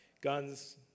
guns